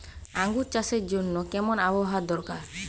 আঙ্গুর চাষের জন্য কেমন আবহাওয়া দরকার?